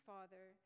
Father